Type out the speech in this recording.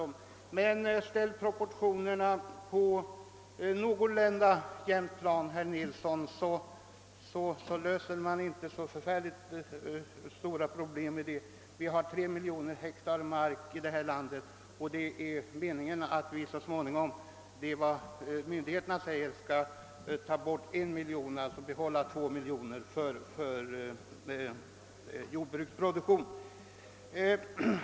Men ställ något så när rimliga anspråk, herr Nilsson, ty Sverige kan inte klara av så särskilt stora problem! Vi har tre miljoner hektar jordbruksmark i vårt land, och nu är det myndigheternas mening att en miljon hektar skall bort och att vi alltså skall behålla två miljoner hektar för jordbruksproduktion.